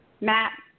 Matt